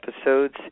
episodes